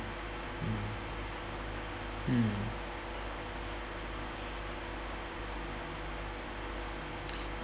mm mm